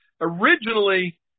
originally –